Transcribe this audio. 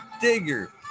Digger